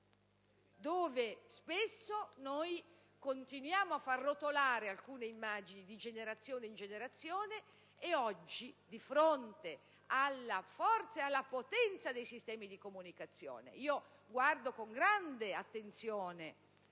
dove spesso continuiamo a far rotolare alcune immagini di generazione in generazione. Oggi siamo di fronte alla forza e alla potenza dei sistemi di comunicazione. Guardo con grande attenzione,